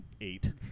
eight